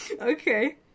okay